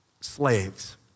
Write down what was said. slaves